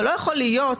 אבל לא יכול להיות,